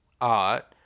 art